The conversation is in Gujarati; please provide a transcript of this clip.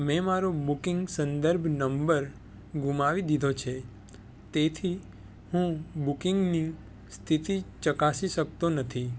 મેં મારો બુકિંગ સંદર્ભ નંબર ગુમાવી દીધો છે તેથી હું બુકિંગની સ્થિતિ ચકાસી શકતો નથી